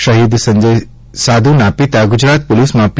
શહીદ સંજય સાધુના પિતા ગુજરાત પોલીસમાં પી